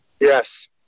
Yes